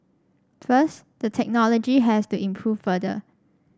first the technology has to improve further